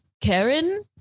Karen